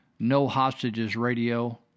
NoHostagesradio